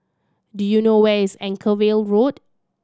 do you know where is Anchorvale Road